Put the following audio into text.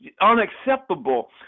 unacceptable